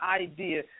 idea